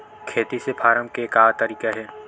खेती से फारम के का तरीका हे?